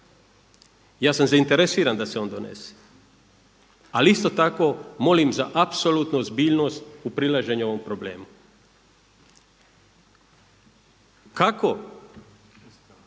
Ja sam zainteresiran da se on donese, ali isto tako molim za apsolutnu ozbiljnost u prilaženju ovom problemu. Kako